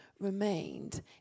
remained